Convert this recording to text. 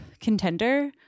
contender